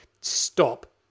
stop